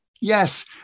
Yes